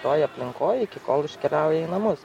toj aplinkoj iki kol iškeliauja į namus